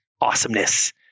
awesomeness